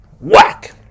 Whack